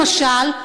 למשל,